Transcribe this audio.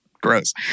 Gross